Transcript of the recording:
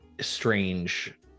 strange